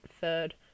third